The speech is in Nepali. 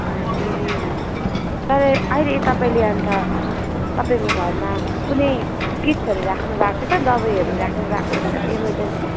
ए हजुर तर अहिले तपाईँले अन्त तपाईँको घरमा कुनै किट्सहरू राख्नुभएको छ दबाईहरू राख्नुभएको छ इमर्जेन्सी